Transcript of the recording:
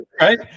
right